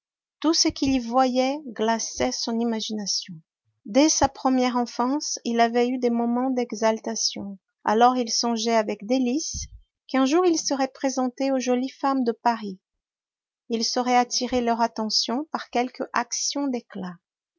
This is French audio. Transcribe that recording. tout ce qu'il y voyait glaçait son imagination dès sa première enfance il avait eu des moments d'exaltation alors il songeait avec délices qu'un jour il serait présenté aux jolies femmes de paris il saurait attirer leur attention par quelque action d'éclat